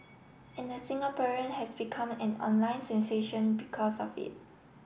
and the Singaporean has become an online sensation because of it